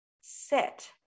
sit